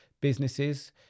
businesses